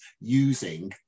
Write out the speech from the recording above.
using